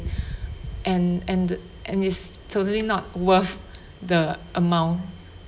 and and and it's totally not worth the amount